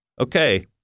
okay